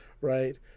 right